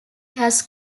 cass